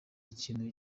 ikintu